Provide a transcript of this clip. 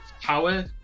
power